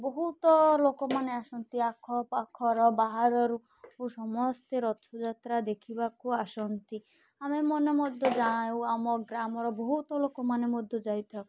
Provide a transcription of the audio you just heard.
ବହୁତ ଲୋକମାନେ ଆସନ୍ତି ଆଖପାଖର ବାହାରରୁ ସମସ୍ତେ ରଥଯାତ୍ରା ଦେଖିବାକୁ ଆସନ୍ତି ଆମେ ମନେ ମଧ୍ୟ ଯାଉ ଆମ ଗ୍ରାମର ବହୁତ ଲୋକମାନେ ମଧ୍ୟ ଯାଇଥାଉ